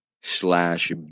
slash